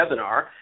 webinar